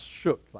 shook